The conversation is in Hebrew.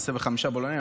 מעשה בחמישה בלונים.